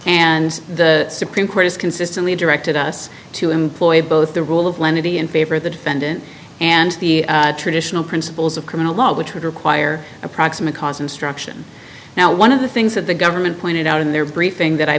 and the supreme court has consistently directed us to employ both the rule of lenity in favor of the defendant and the traditional principles of criminal law which would require a proximate cause instruction now one of the things that the government pointed out in their briefing that i